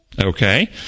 Okay